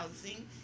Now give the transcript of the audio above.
housing